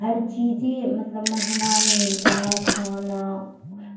ہر چیز مطلب مہنگائی ملتا ہے کھانا